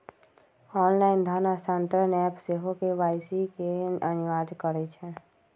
online धन स्थानान्तरण app सेहो के.वाई.सी के अनिवार्ज करइ छै